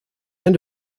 end